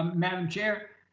um madam chair?